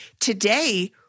today